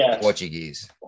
Portuguese